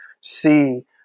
see